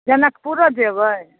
जनकपुरो जेबै